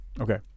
Okay